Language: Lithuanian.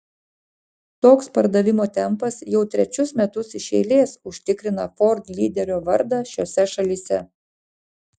toks pardavimo tempas jau trečius metus iš eilės užtikrina ford lyderio vardą šiose šalyse